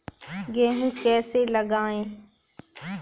गेहूँ कैसे लगाएँ?